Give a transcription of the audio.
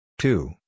Two